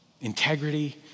integrity